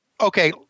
okay